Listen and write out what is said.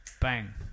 bang